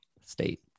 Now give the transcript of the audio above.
state